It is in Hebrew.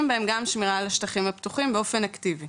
בהם גם שמירה על השטחים הפתוחים באופן אקטיבי,